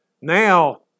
Now